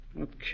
Okay